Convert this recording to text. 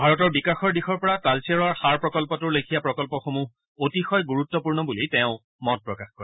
ভাৰতৰ বিকাশৰ দিশৰ পৰা টালচেৰৰ সাৰ প্ৰকল্পটোৰ লেখিয়া প্ৰকল্পসমূহ অতিশয় গুৰুত্পূৰ্ণ বুলি তেওঁ মত প্ৰকাশ কৰে